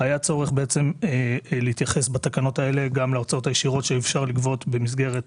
היה צורך להתייחס בתקנות האלה גם להוצאות הישירות שאפשר לגבות במסגרת